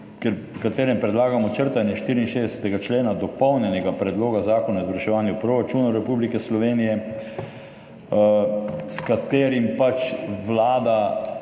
v katerem predlagamo črtanje 64. člena dopolnjenega Predloga Zakona o izvrševanju proračunov Republike Slovenije, s katerim Vlada